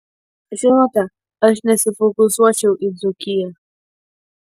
žinote aš nesifokusuočiau į dzūkiją